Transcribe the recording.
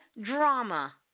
drama